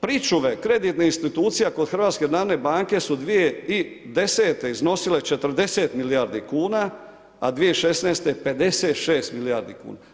Pričuve kreditne institucije kod Hrvatske narodne banke su 2010. iznosile 40 milijardi kuna, a 2016. 56 milijardi kuna.